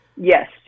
Yes